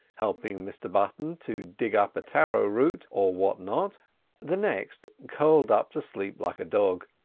helping mr button to dig up a taro root or what-not, the next curled up to sleep like a dog.